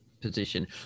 position